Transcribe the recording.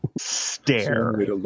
Stare